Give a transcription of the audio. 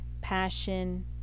passion